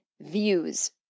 views